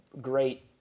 great